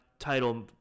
title